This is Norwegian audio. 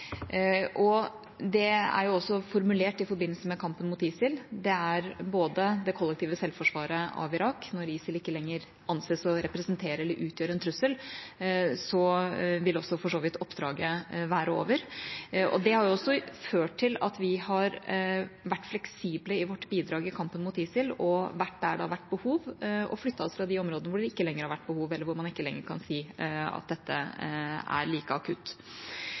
formulert i forbindelse med kampen mot ISIL og det kollektive selvforsvaret av Irak. Når ISIL ikke lenger anses å representere eller utgjøre en trussel, vil oppdraget for så vidt være over. Det har ført til at vi har vært fleksible i vårt bidrag i kampen mot ISIL og vært der det har vært behov, og flyttet oss fra de områdene hvor det ikke lenger har vært behov, eller hvor man ikke lenger kan si at dette er like akutt.